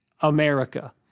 America